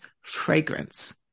fragrance